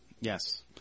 yes